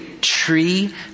tree